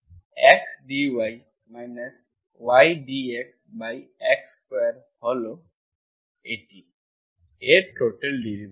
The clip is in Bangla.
x dy y dxx2 হল dyx1 yx2 dx এর টোটাল ডেরিভেটিভ